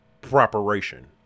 preparation